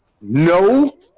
No